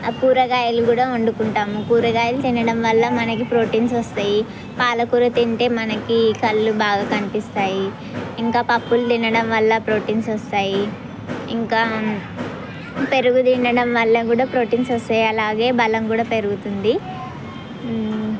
కూరగాయలు కూడా వండుకుంటాము కూరగాయలు తినడం వల్ల మనకి ప్రోటీన్స్ వస్తాయి పాలకూర తింటే మనకి కళ్ళు బాగా కనిపిస్తాయి ఇంకా పప్పులు తినడం వల్ల ప్రోటీన్స్ వస్తాయి ఇంకా పెరుగు తినడం వల్ల కూడా ప్రోటీన్స్ వస్తాయి అలాగే బలం కూడా పెరుగుతుంది